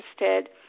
interested